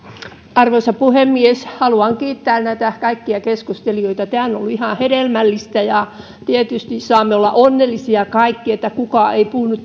arvoisa puhemies haluan kiittää kaikkia keskustelijoita tämä on ollut ihan hedelmällistä ja tietysti saamme olla onnellisia kaikki että kukaan ei puhunut